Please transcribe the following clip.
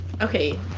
okay